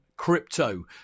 Crypto